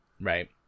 Right